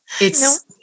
It's-